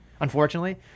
Unfortunately